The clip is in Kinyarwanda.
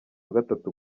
gatatu